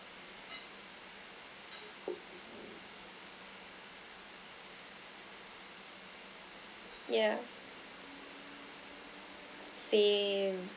yeah same